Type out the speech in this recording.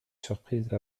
surprise